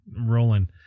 rolling